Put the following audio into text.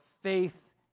faith